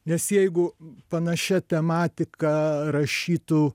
nes jeigu panašia tematika rašytų